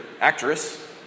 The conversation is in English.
actress